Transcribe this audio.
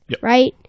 right